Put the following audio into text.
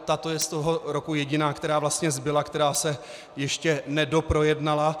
Tato je z toho roku jediná, která vlastně zbyla, která se ještě nedoprojednala.